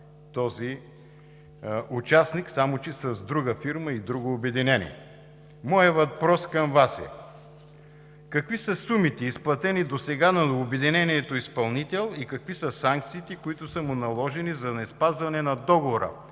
този участник, само че с друга фирма и друго обединение. Моят въпрос към Вас е: какви са сумите, изплатени досега на обединението изпълнител, и какви са санкциите, които са му наложени за неспазване на договора?